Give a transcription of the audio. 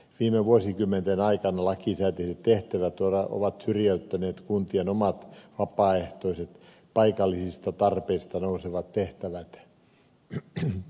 viime vuosikymmenten aikana lakisääteiset tehtävät ovat syrjäyttäneet kuntien omat vapaaehtoiset paikallisista tarpeista nousevat tehtävät